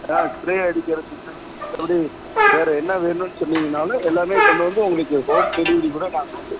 ஆ spray அடிக்கிறது அப்படி வேறு என்ன வேணும்னு சொன்னிங்கன்னாலும் எல்லாமேக் கொண்டு வந்து உங்களுக்கு ஹோம் டெலிவரி கூட நாங்கள் வந்து